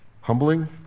Humbling